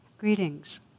Greetings